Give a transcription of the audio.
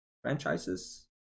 franchises